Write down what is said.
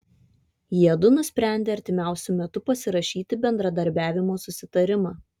jiedu nusprendė artimiausiu metu pasirašyti bendradarbiavimo susitarimą